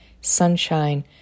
Sunshine